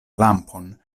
lampon